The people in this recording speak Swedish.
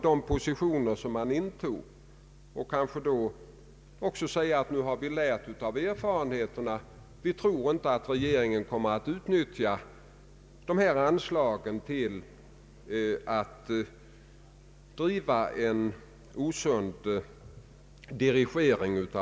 Vår situation är en annan än andra länders, och vi måste därför komplettera våra insatser för att främja en industriell utveckling inom olika regioner.